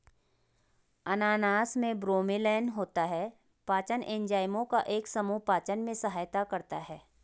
अनानास में ब्रोमेलैन होता है, पाचन एंजाइमों का एक समूह पाचन में सहायता करता है